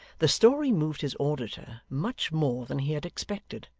the story moved his auditor much more than he had expected.